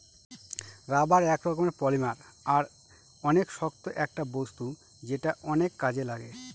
rubber এক রকমের polymer আর অনেক শক্ত একটা বস্তু যেটা অনেক কাজে লাগে